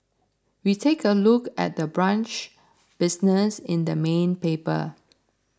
we take a look at the brunch business in the main paper